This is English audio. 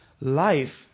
Life